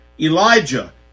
Elijah